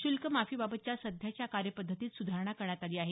शूल्क माफी माफीबाबतच्या सध्याच्या कार्य पद्धतीत सुधारणा करण्यात आली आहे